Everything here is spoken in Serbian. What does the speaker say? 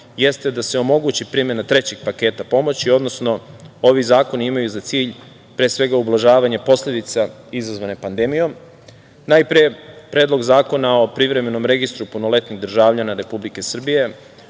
jeste da se omogući primena trećeg paketa pomoći, odnosno ovi zakoni imaju za cilj pre svega ublažavanje posledica izazvanih pandemijom. Najpre, Predlog zakona o privremenom registru punoletnih državljana Republike Srbije